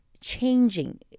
changing